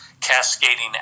cascading